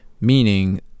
meaning